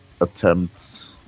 attempts